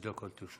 חמש דקות לרשותך.